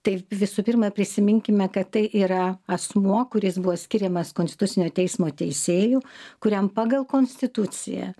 tai visų pirma prisiminkime kad tai yra asmuo kuris buvo skiriamas konstitucinio teismo teisėju kuriam pagal konstituciją